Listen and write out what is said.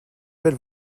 belle